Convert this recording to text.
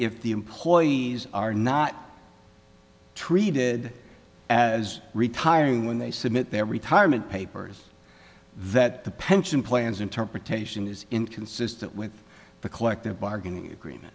if the employees are not treated as retiring when they submit their retirement papers that the pension plans interpretation is inconsistent with the collective bargaining agreement